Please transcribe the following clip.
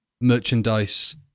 merchandise